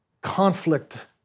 conflict